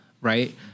right